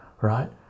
Right